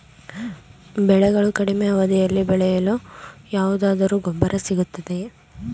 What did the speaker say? ಬೆಳೆಗಳು ಕಡಿಮೆ ಅವಧಿಯಲ್ಲಿ ಬೆಳೆಯಲು ಯಾವುದಾದರು ಗೊಬ್ಬರ ಸಿಗುತ್ತದೆಯೇ?